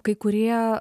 kai kurie